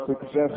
success